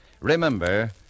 Remember